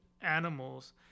animals